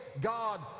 God